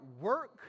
work